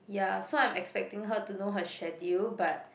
ya so I'm expecting her to know her schedule but